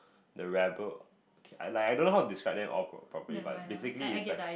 the rebel like I don't how to describe them all properly but basically is like